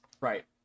right